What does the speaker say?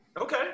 Okay